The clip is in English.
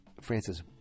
francis